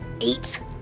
eight-